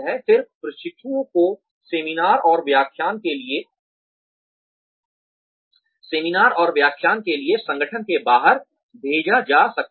फिर प्रशिक्षुओं को सेमिनार और व्याख्यान के लिए संगठन के बाहर भेजा जा सकता है